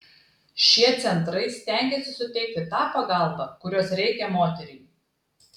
šie centrai stengiasi suteikti tą pagalbą kurios reikia moteriai